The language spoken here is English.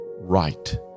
right